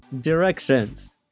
Directions